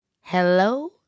hello